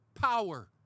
power